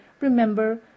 remember